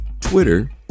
twitter